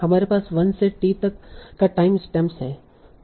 हमारे पास 1 से t तक का टाइम स्टैम्प्स है